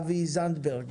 אבי זנדברג,